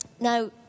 Now